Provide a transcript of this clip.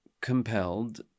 compelled